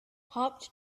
hopped